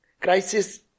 crisis